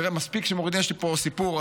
יש לי פה סיפור,